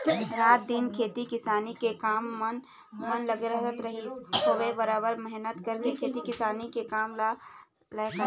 रात दिन खेती किसानी के काम मन म लगे रहत रहिस हवय बरोबर मेहनत करके खेती किसानी के काम ल करय